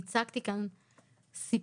אני הצגתי כאן סיפור